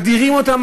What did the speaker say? מדירים אותם,